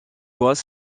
bois